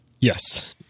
yes